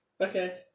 Okay